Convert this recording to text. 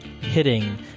hitting